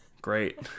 Great